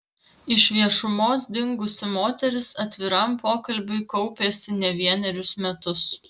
iš viešumos dingusi moteris atviram pokalbiui kaupėsi ne vienerius metus